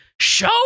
show